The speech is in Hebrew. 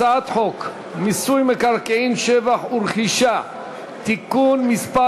הצעת חוק מיסוי מקרקעין (שבח ורכישה) (תיקון מס'